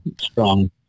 strong